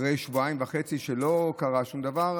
אחרי שבועיים וחצי שלא קרה שום דבר,